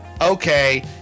okay